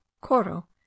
coro